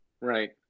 Right